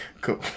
Cool